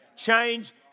change